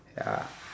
ya